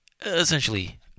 essentially